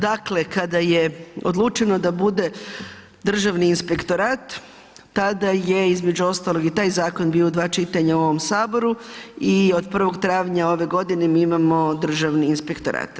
Dakle, kada je odlučeno da bude Državni inspektorat, tada je između ostalog i taj zakon bio u dva čitanja u ovom Saboru i od 1. travnja ove godine mi imamo Državni inspektorat.